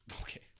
Okay